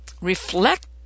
reflect